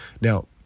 Now